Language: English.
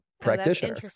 practitioner